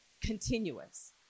continuous